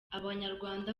abanyarwanda